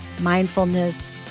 mindfulness